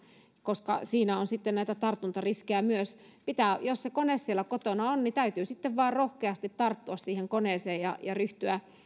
koska siinä on sitten näitä tartuntariskejä myös jos se kone siellä kotona on niin täytyy sitten vain rohkeasti tarttua siihen koneeseen ja ja ryhtyä